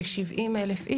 כ-70,000,